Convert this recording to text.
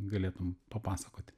galėtum papasakoti